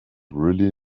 really